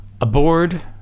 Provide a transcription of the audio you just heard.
aboard